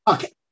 Okay